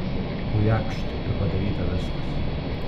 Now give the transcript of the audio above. chujakšt ir padaryta viskas